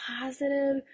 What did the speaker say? positive